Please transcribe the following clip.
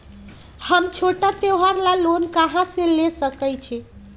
हम छोटा त्योहार ला लोन कहां से ले सकई छी?